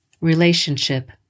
relationship